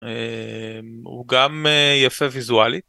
הוא גם יפה ויזואלי.